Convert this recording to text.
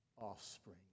offspring